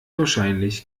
wahrscheinlich